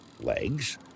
legs